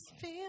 feel